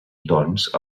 doncs